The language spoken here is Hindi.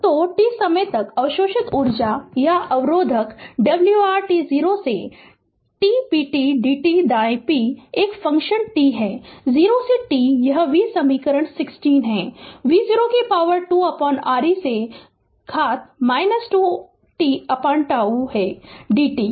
Refer Slide Time 1847 तो t समय तक अवशोषित ऊर्जाअवरोधक w R t 0 से tpt dt दायां p एक फ़ंक्शन t है 0 से t यह v समीकरण 16 v0 2R e से घात 2 tτ है dt है